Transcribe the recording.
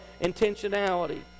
intentionality